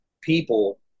people